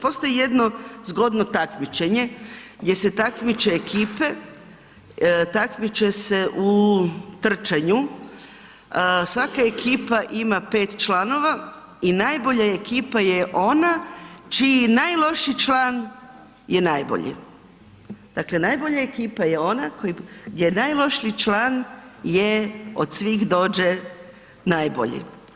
Postoji jedno zgodno takmičenje gdje se takmiče ekipe, takmiče se u trčanju, svaka ekipa ima 5 članova i najbolja ekipa je ona čiji najlošiji član je najbolji, dakle najbolja ekipa je ona koji, gdje je najlošiji član je od svih dođe najbolji.